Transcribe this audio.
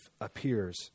appears